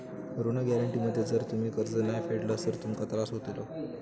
ऋण गॅरेंटी मध्ये जर तुम्ही कर्ज नाय फेडलास तर तुमका त्रास होतलो